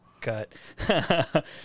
cut